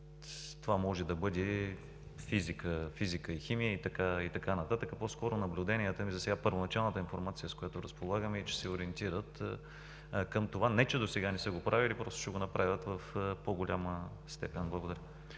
това могат да бъдат физика и химия и така нататък. По-скоро наблюденията ми и първоначалната информация, с която разполагаме, е, че се ориентират – не че досега не са го правили, просто ще го направят в по-голяма степен.